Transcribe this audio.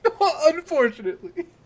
Unfortunately